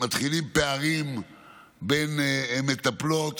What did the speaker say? מתחילים פערים בין מטפלות